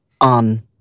on